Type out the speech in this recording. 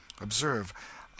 Observe